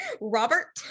robert